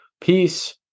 peace